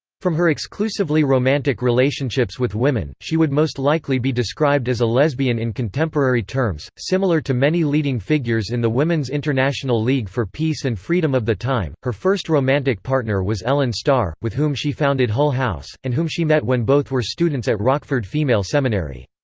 from her exclusively romantic relationships with women, she would most likely be described as a lesbian in contemporary terms, similar to many leading figures in the women's international league for peace and freedom of the time her first romantic partner was ellen starr, with whom she founded hull house, and whom she met when both were students at rockford female seminary.